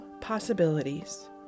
possibilities